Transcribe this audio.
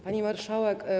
Pani Marszałek!